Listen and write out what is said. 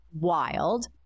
wild